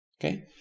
Okay